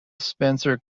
spencer